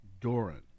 Doran